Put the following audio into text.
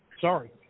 Sorry